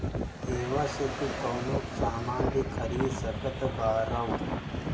इहवा से तू कवनो सामान भी खरीद सकत बारअ